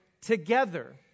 together